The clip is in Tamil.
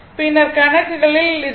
பின்னர் கணக்குகளில் இதை அறிய முடியும்